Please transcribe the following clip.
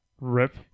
Rip